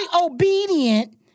obedient